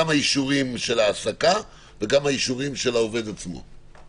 גם האישורים של ההעסקה וגם האישורים של העובד עצמו?